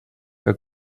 que